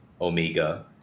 Omega